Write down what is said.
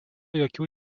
jokių